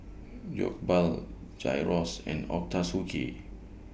Jokbal Gyros and Ochazuke